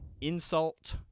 insult